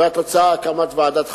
והתוצאה: הקמת ועדת חקירה,